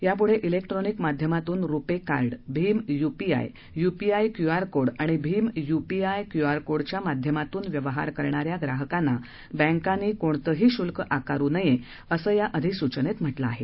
यापूढे क्रिक्ट्रानिक माध्यमातून रुपे कार्ड भीम UPI UPI Q R code आणि भीम यूपीआई क्यू आर कोडच्या माध्यमातून व्यवहार करणाऱ्या ग्राहकांना बँकांनी कोणतेही शुल्क आकारू नये असं या अधिसूचनेत म्हटलं आहे